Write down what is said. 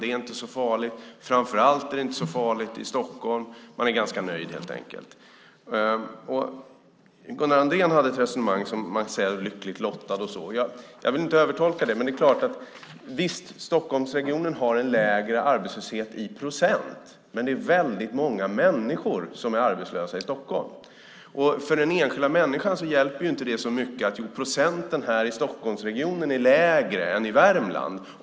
Det är inte så farligt. Framför allt är det inte så farligt i Stockholm. Man är helt enkelt ganska nöjd. Gunnar Andrén hade ett resonemang om att vara lyckligt lottad. Jag vill inte övertolka det, men det är klart att Stockholmsregionen har en lägre arbetslöshet i procent. Samtidigt är det väldigt många människor som är arbetslösa i Stockholm. För den enskilda människan hjälper det inte så mycket att procentsiffran här i Stockholmsregionen är lägre än i den Värmland.